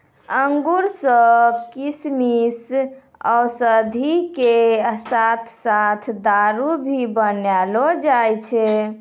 अंगूर सॅ किशमिश, औषधि के साथॅ साथॅ दारू भी बनैलो जाय छै